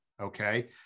Okay